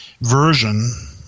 version